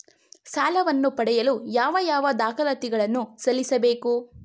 ಸಾಲವನ್ನು ಪಡೆಯಲು ಯಾವ ಯಾವ ದಾಖಲಾತಿ ಗಳನ್ನು ಸಲ್ಲಿಸಬೇಕು?